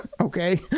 okay